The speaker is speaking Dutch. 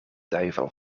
duivel